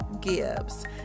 Gibbs